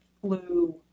flu